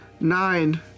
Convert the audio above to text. Nine